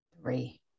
three